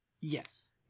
yes